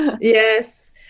Yes